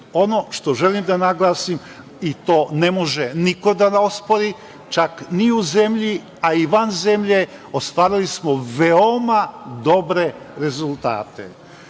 što želim da naglasim, i to ne može niko da nam ospori čak ni u zemlji, a i van zemlje, ostvarili smo veoma dobre rezultate.